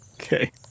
Okay